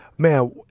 Man